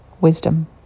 wisdom